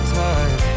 time